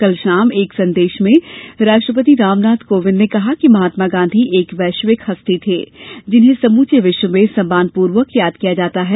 कल शाम एक संदेश में राष्ट्रपति रामनाथ कोविंद ने कहा कि महात्मा गांधी एक वैश्विक हस्ती थे जिन्हें समूचे विश्व में सम्मानपूर्वक याद किया जाता है